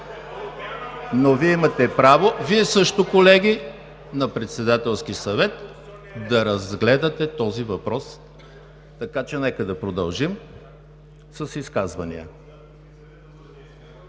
но Вие имате право – Вие също, колеги, на Председателски съвет да разгледате този въпрос, така че нека да продължим с изказванията.